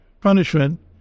punishment